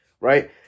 Right